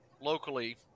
locally